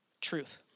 truth